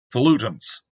pollutants